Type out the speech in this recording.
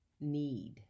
need